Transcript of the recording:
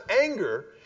anger